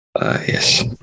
Yes